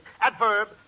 adverb